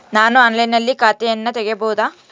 ನಾನು ಆನ್ಲೈನಿನಲ್ಲಿ ಖಾತೆಯನ್ನ ತೆಗೆಯಬಹುದಾ?